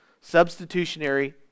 Substitutionary